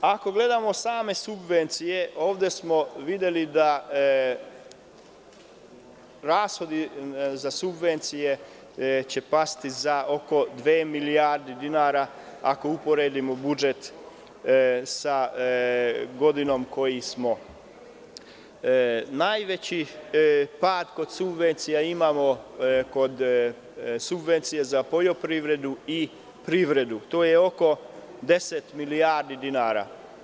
Ako gledamo same subvencije, ovde smo videli da će rashodi za subvencije pasti za oko dve milijarde dinara ako uporedimo budžet sa godinom gde smo imali najveći pad subvencija za poljoprivredu i privredu, što je oko 10 milijardi dinara.